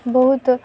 ବହୁତ